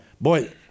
boy